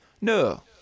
No